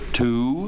two